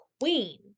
queen